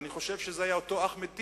ואני חושב שזה היה אותו אחמד טיבי,